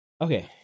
Okay